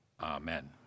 amen